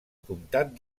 comtat